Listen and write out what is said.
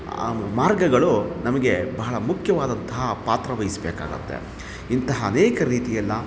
ಆ ಮಾರ್ಗಗಳು ನಮಗೆ ಭಾಳ ಮುಖ್ಯವಾದಂತಹ ಪಾತ್ರವಹಿಸಬೇಕಾಗತ್ತೆ ಇಂತಹ ಅನೇಕ ರೀತಿಯಲ್ಲ